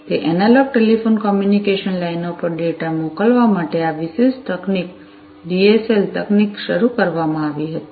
તે analogue telephone communication લાઇનો પર ડેટા મોકલવા માટે આ વિશિષ્ટ તકનીક ડીએસએલ તકનીક શરૂ કરવામાં આવી હતી